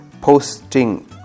Posting